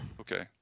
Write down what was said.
Okay